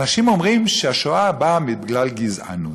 אנשים אומרים שהשואה באה בגלל גזענות.